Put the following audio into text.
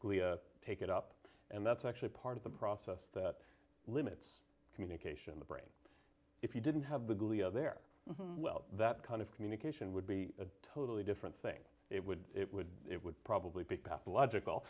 take it up and that's actually part of the process that limits communication the brain if you didn't have the glia there well that kind of communication would be a totally different thing it would it would it would probably be pathological